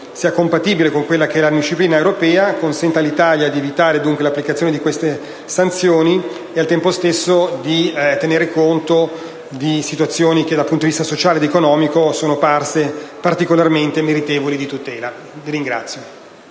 sia compatibile con la disciplina europea, consenta all'Italia di evitare l'applicazione di queste sanzioni e, al tempo stesso, consenta di tener conto di situazioni che dal punto di vista sociale ed economico sono parse particolarmente meritevoli di tutela. PRESIDENTE.